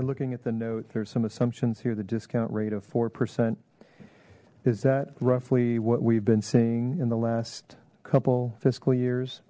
looking at the note there's some assumptions here the discount rate of four percent is that roughly what we've been seeing in the last couple fiscal years